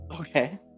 okay